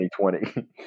2020